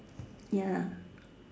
ya